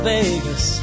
Vegas